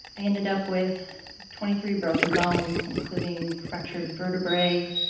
i ended up with twenty three broken bones, including fractured vertebrae